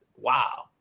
wow